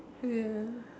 ya